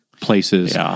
Places